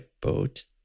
boat